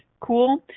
Cool